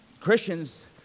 Christians